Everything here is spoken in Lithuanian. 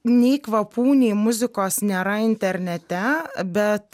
nei kvapų nei muzikos nėra internete bet